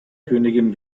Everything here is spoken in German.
königin